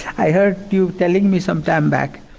i heard you telling me some time back.